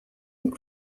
une